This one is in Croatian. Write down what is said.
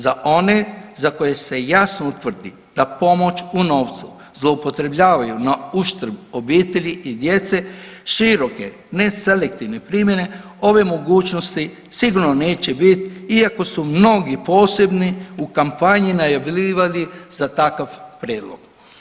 Za one za koje se jasno utvrdi da pomoć u novcu zloupotrebljavaju na uštrb obitelji i djece široke ne selektivne primjene ove mogućnosti sigurno neće bit iako su mnogi posebni u kampanji najavljivali za takav prijedlog.